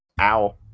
Ow